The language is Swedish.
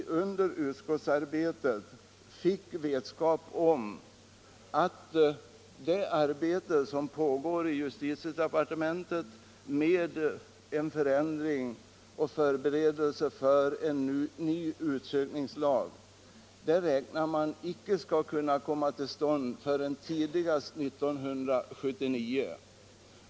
Under utskottsarbetet fick vi vetskap om att den nya utsökningsbalk som nu förbereds inom justitiedepartementet inte väntas träda i kraft förrän tidigast år 1979.